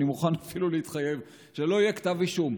אני מוכן אפילו להתחייב שלא יהיה כתב אישום.